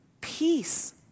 Peace